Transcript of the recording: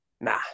Nah